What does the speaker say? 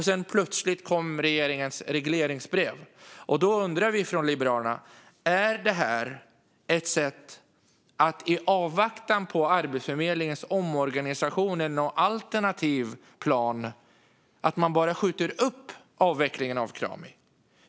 Men så kom regeringens regleringsbrev, och nu undrar Liberalerna: Är detta ett sätt att i avvaktan på Arbetsförmedlingens omorganisation eller en alternativ plan bara skjuta upp avvecklingen av Krami?